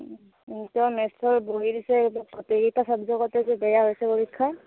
তাৰ মেটচৰ বহি দিছে গটেইকিটা ছাবজেক্টতে যে বেয়া হৈছে পৰীক্ষা